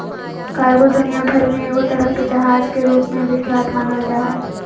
cargo दुनिया भर मे एगो तरह के जहाज के रूप मे विख्यात मानल जा हय